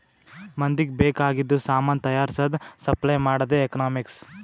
ಮಂದಿಗ್ ಬೇಕ್ ಆಗಿದು ಸಾಮಾನ್ ತೈಯಾರ್ಸದ್, ಸಪ್ಲೈ ಮಾಡದೆ ಎಕನಾಮಿಕ್ಸ್